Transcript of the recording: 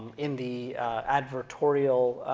in the advertorial,